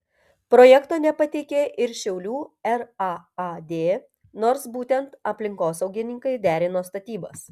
projekto nepateikė ir šiaulių raad nors būtent aplinkosaugininkai derino statybas